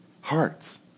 Hearts